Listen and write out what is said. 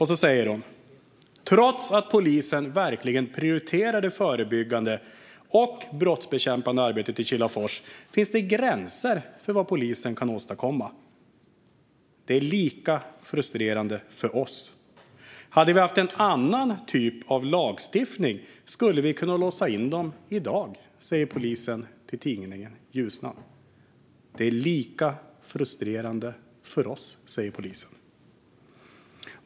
Hon säger också att det trots att polisen verkligen prioriterar det förebyggande och brottsbekämpande arbetet i Kilafors finns gränser för vad polisen kan åstadkomma. Det är lika frustrerande för oss, säger hon. Hade vi haft en annan typ av lagstiftning skulle vi kunna låsa in dem i dag, säger polisen till tidningen Ljusnan. Det är lika frustrerande för oss, säger polisen.